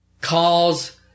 calls